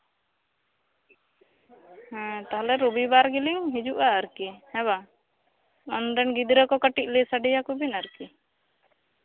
ᱦᱮᱸ ᱛᱟᱦᱞᱮ ᱨᱚᱵᱤᱵᱟᱨ ᱜᱮᱞᱤᱧ ᱦᱤᱡᱩᱜᱼᱟ ᱟᱨᱠᱤ ᱦᱮᱸ ᱵᱟᱝ ᱟᱨ ᱱᱚᱰᱮ ᱨᱮᱱ ᱜᱤᱫᱽᱨᱟᱹ ᱠᱚ ᱠᱟᱹᱴᱤᱡ ᱞᱟᱹᱭ ᱥᱮᱰᱮ ᱟᱠᱚ ᱵᱤᱱ ᱟᱨ ᱠᱤ